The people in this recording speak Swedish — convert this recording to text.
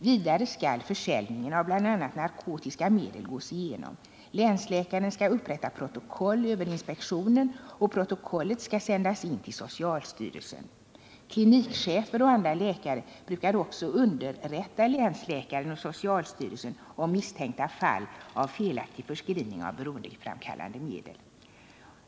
Vidare skall försäljningen av bl.a. narkotiska medel gås igenom. Länsläkaren skall upprätta protokoll över inspektionen, och protokollet skall sändas in till socialstyrelsen. Klinikchefer och andra läkare brukar också underrätta länsläkaren och socialstyrelsen om misstänkta fall av felaktig förskrivning av beroendeframkallande medel.